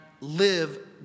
live